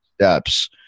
steps